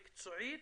מקצועית,